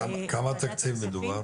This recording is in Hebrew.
על כמה תקציב מדובר?